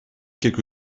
quelque